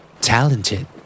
Talented